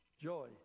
joy